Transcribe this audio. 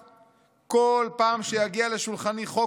ובכל פעם שיגיע לשולחני חוק שעלול לפגוע